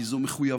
כי זו מחויבות